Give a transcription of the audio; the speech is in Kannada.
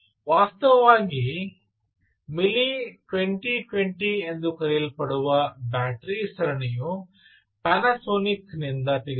ವಾಸ್ತವವಾಗಿ ಮಿಲಿ 20 20 ಎಂದು ಕರೆಯಲ್ಪಡುವ ಬ್ಯಾಟರಿ ಸರಣಿಯು ಪ್ಯಾನಸೋನಿಕ್ ನಿಂದ ತೆಗೆದುಕೊಳ್ಳಿ